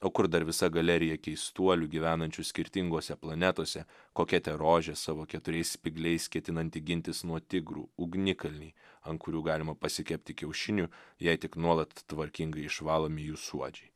o kur dar visa galerija keistuolių gyvenančių skirtingose planetose koketė rožė savo keturiais spygliais ketinanti gintis nuo tigrų ugnikalniai ant kurių galima pasikepti kiaušinių jei tik nuolat tvarkingai išvalomi jų suodžiai